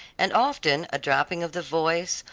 and often a dropping of the voice,